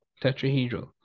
tetrahedral